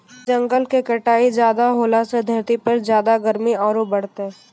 जंगल के कटाई ज्यादा होलॅ सॅ धरती पर ज्यादा गर्मी आरो बढ़तै